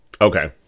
Okay